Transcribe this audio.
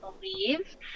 believe